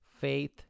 faith